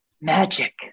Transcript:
magic